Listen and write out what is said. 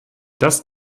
das